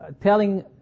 telling